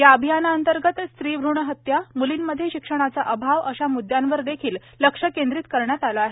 या अभियानाअंतर्गत स्त्रीभ्रण हत्या म्लींमध्ये शिक्षणाचा अभाव अशा म्द्दयांवर देखील लक्ष केंद्रित करण्यात आलं आहे